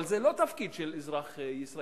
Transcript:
אבל זה לא תפקיד של אזרח ישראל.